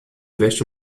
veste